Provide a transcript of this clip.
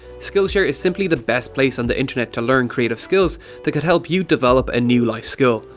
skillshare is simply the best place on the internet to learn creative skills that could help you develop a new life skill.